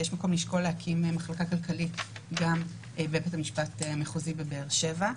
יש מקום לשקול להקים מחלקה כלכלית גם בבית המשפט המחוזי בבאר שבע.